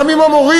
גם עם המורים.